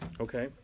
Okay